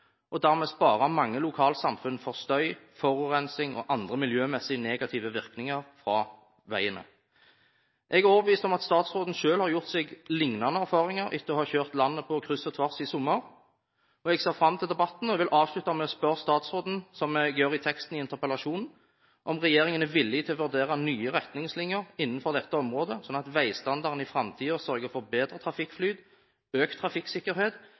og vil dermed spare mange lokalsamfunn for støy, forurensing og andre miljømessig negative virkninger fra veiene. Jeg er overbevist om at statsråden selv har gjort seg lignende erfaringer etter å ha kjørt landet på kryss og tvers i sommer. Jeg ser fram til debatten, og vil avslutte med å spørre statsråden, som jeg gjør i teksten i interpellasjonen, om regjeringen er villig til å vurdere nye retningslinjer innenfor dette området, slik at veistandarden i framtiden sørger for bedre trafikkflyt, økt trafikksikkerhet